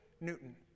Newton